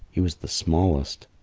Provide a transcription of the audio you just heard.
he was the smallest.